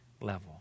level